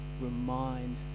Remind